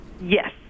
Yes